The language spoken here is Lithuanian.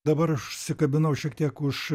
dabar aš užsikabinau šiek tiek už